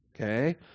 Okay